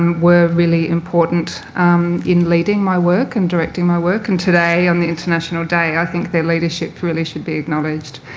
were really important in leading my work and directing my work and today, on the international day, i think their leadership really should be acknowledged.